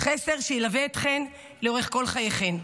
חסר שילווה אתכן לאורך כל חייכן.